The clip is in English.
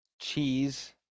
Cheese